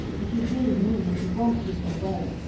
if you really mean that you won't give me away.